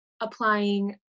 applying